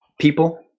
people